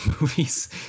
movies